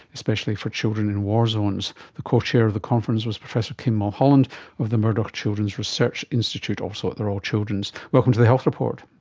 especially for children in war zones. the co-chair of the conference was professor kim mulholland of the murdoch children's research institute, also at the royal children's. welcome to the health report.